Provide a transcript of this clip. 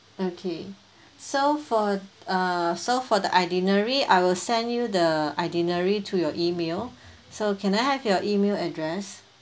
okay so for uh so for the itinerary I will send you the itinerary to your email so can I have your email address